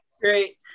Great